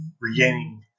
regaining